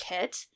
kit